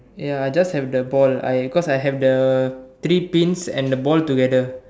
ya I just have the ball I cause I have the three pins and the ball together